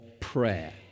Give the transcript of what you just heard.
prayer